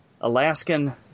Alaskan